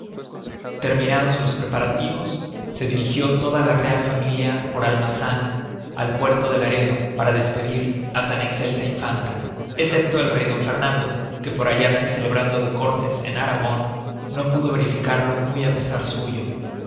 terminados los preparativos se dirigió toda la real familia por almazan al puerto de laredo para despedir á tan escelsa infanta escepto el rey d fernando que por hallarse celebrando de córtes en aragon no pudo verificarlo muy á pesar suyo